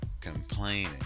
Complaining